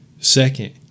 Second